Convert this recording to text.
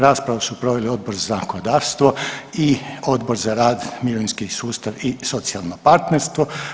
Raspravu su proveli Odbor za zakonodavstvo i Odbor za rad, mirovinski sustav i socijalno partnerstvo.